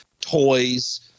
toys